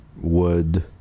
wood